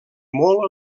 molt